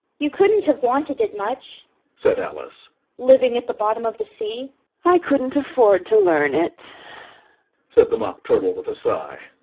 you couldn't have wanted it much said alice living at the bottom of the sea i couldn't afford to learn it said the mock turtle with a sigh.